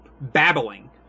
babbling